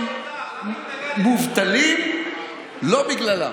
חבר הכנסת לפיד, כשהיית שר אוצר,